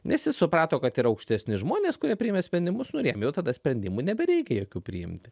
nes jis suprato kad yra aukštesni žmonės kurie priėmė sprendimus nu ir jam jau tada sprendimų nebereikia jokių priimti